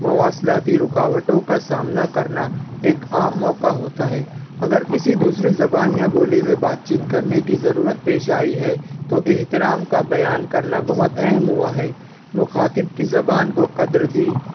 مواصلاتی رکاوٹوں کا سامنا کرنا ایک عام موقع ہوتا ہے اگر کسی دوسری زبان یا بولی میں بات چیت کرنے کی ضرورت پیش آئی ہے تو احترام کا بیان کرنا بہت اہم ہوا ہے مخاطب کی زبان کو قدر دی